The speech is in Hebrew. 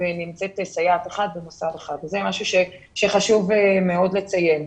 ונמצאת סייעת אחד במוסד אחד - זה משהו שחשוב מאוד לציין.